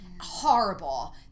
Horrible